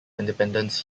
independence